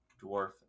Dwarf